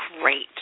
Great